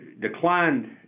declined